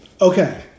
Okay